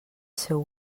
seu